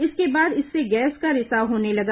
इसके बाद इससे गैस का रिसाव होने लगा